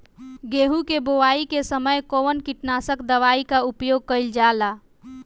गेहूं के बोआई के समय कवन किटनाशक दवाई का प्रयोग कइल जा ला?